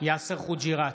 יאסר חוג'יראת,